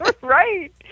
Right